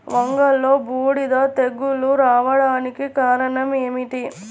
వంగలో బూడిద తెగులు రావడానికి కారణం ఏమిటి?